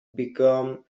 become